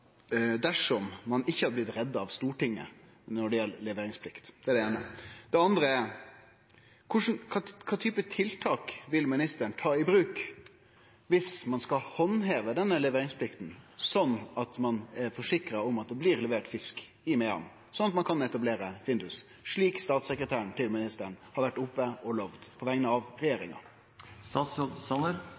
dersom ein ikkje hadde blitt redda av Stortinget når det gjeld leveringsplikt? Det andre er: Kva slags tiltak vil ministeren ta i bruk viss ein skal handheve denne leveringsplikta, slik at ein er forsikra om at det blir levert fisk i Mehamn, slik at ein kan etablere Findus, som statssekretæren til ministeren har vore oppe og lovd på vegner av